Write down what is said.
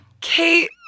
Kate